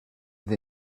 the